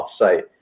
offsite